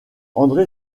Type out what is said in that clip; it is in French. andré